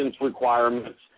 requirements